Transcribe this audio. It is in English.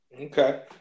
okay